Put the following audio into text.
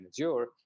Azure